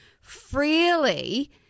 freely